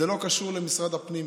זה לא קשור למשרד הפנים.